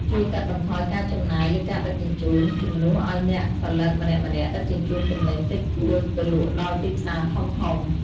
ជួយកាត់បន្ថយការចំណាយលើការដឹកជញ្ជូន ជំនួសឱ្យអ្នកផលិតម្នាក់ៗដឹកជញ្ជូនទំនិញតិចតួចទៅលក់ដល់ទីផ្សារធំៗ។